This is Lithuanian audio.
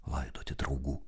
laidoti draugų